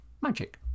Magic